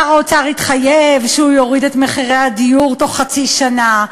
שר האוצר התחייב שהוא יוריד את מחירי הדיור בתוך חצי שנה.